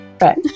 right